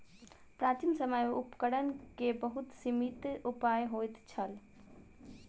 प्राचीन समय में उपकरण के बहुत सीमित उपाय होइत छल